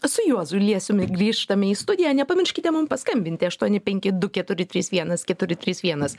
su juozu liesiumi grįžtame į studiją nepamirškite mum paskambinti aštuoni penki du keturi trys vienas keturi trys vienas